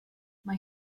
mai